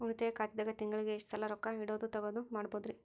ಉಳಿತಾಯ ಖಾತೆದಾಗ ತಿಂಗಳಿಗೆ ಎಷ್ಟ ಸಲ ರೊಕ್ಕ ಇಡೋದು, ತಗ್ಯೊದು ಮಾಡಬಹುದ್ರಿ?